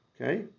Okay